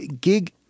Gig